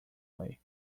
way